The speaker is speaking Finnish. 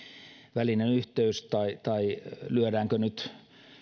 välinen yhteys tai tai lyödäänkö nyt